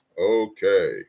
Okay